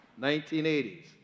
1980s